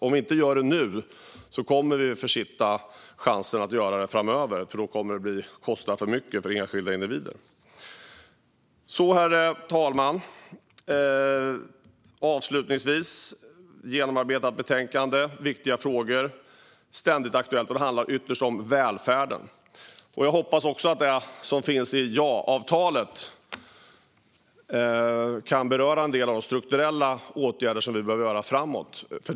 Om vi inte gör det nu försitter vi chansen, för kostnaden för enskilda individer kommer att bli för stor. Avslutningsvis, herr talman, är detta ett genomarbetat betänkande. Det är viktiga frågor som är ständigt aktuella, och ytterst handlar det om välfärden. Jag hoppas att det som finns i januariavtalet kan beröra en del av de strukturella åtgärder som vi behöver vidta framöver.